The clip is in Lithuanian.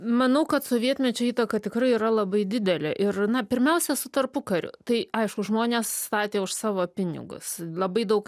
manau kad sovietmečio įtaka tikrai yra labai didelė ir na pirmiausia su tarpukariu tai aišku žmonės statė už savo pinigus labai daug